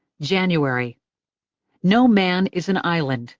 january no man is an island,